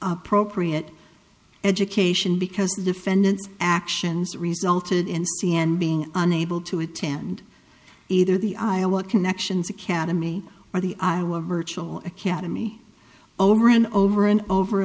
appropriate education because the defendant's actions resulted in c and being unable to attend either the iowa connections academy or the iowa virtual academy over and over and over